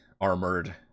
armored